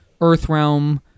Earthrealm